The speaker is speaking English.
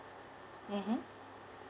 mmhmm